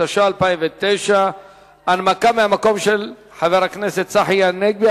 התש"ע 2009. הנמקה מהמקום של חבר הכנסת צחי הנגבי,